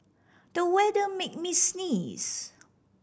the weather made me sneeze